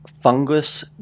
Fungus